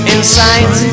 Inside